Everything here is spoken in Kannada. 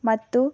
ಮತ್ತು